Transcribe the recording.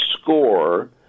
score